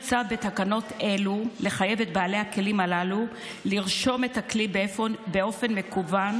הוצע בתקנות אלו לחייב את בעלי הכלים הללו לרשום את הכלי באופן מקוון,